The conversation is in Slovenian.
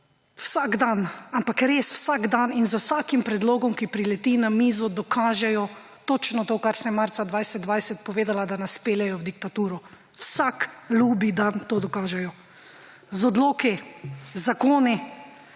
Vsak dan, ampak res vsak dan in z vsakim predlogom, ki prileti na mizo, dokažejo točno to, kar sem marca 2020 povedala, da nas peljejo v diktaturo. Vsak ljubi dan to dokažejo. Z odloki, z zakoni,